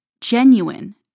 genuine